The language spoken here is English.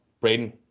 Braden